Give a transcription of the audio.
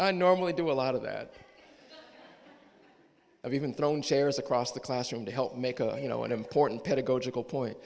i normally do a lot of that i've even thrown chairs across the classroom to help make a you know an important pedagogical point